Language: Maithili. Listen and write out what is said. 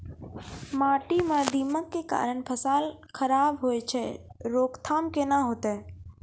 माटी म दीमक के कारण फसल खराब होय छै, रोकथाम केना होतै?